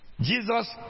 Jesus